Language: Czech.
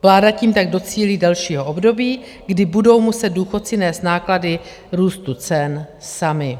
Vláda tím tak docílí dalšího období, kdy budou muset důchodci nést náklady růstu cen sami.